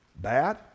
bad